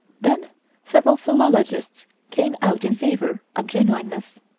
then several philologists came out in favor of genuineness.